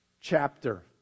chapter